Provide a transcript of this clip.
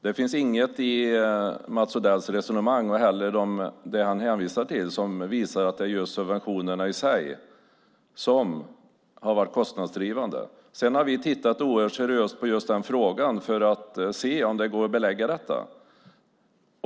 Det finns inget i Mats Odells resonemang eller det han hänvisar till som visar att det är just subventionerna i sig som har varit kostnadsdrivande. Vi har tittat oerhört seriöst på just den frågan för att se om det går att belägga detta.